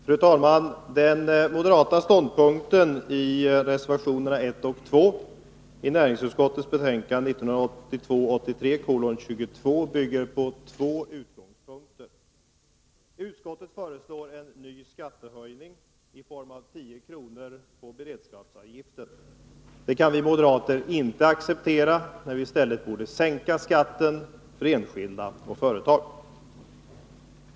Fru talman! Den moderata ståndpunkten i reservationerna 1 och 2 i näringsutskottets betänkande 1982/83:22 bygger på två utgångspunkter. Utskottet föreslår en ny skattehöjning i form av 10 kr. på beredskapsavgiften. Det kan vi moderater inte acceptera, när man i stället borde sänka skatten för enskilda och företag.